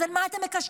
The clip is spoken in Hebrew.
אז על מה אתם מקשקשים?